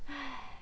!hais!